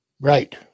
Right